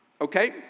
Okay